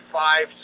five